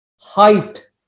height